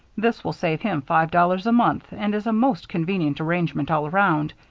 this will save him five dollars a month and is a most convenient arrangement all around.